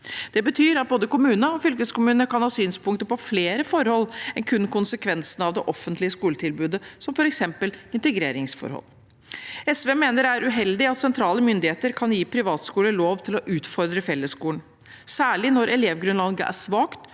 Det betyr at både kommuner og fylkeskommuner kan ha synspunkter på flere forhold enn kun konsekvensene av det offentlige skoletilbudet, f.eks. integreringsforhold. SV mener det er uheldig at sentrale myndigheter kan gi privatskoler lov til å utfordre fellesskolen, særlig når elevgrunnlaget er svakt